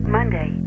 Monday